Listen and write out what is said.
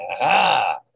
aha